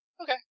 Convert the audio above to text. Okay